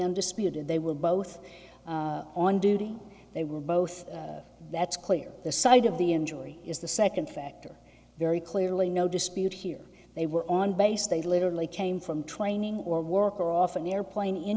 undisputed they will both on duty they were both that's clear the site of the injury is the second factor very clearly no dispute here they were on base they literally came from training or work or off an airplane in